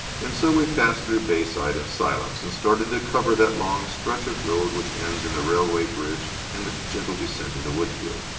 and so we passed through bayside in silence and started to cover that long stretch of road which ends in the railway bridge and the gentle descent into woodfield.